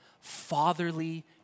fatherly